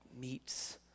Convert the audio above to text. meets